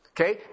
Okay